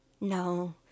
No